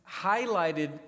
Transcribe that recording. highlighted